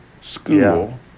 school